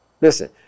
Listen